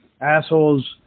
assholes